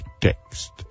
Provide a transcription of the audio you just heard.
text